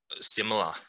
similar